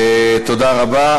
תודה רבה.